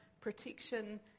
protection